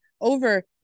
over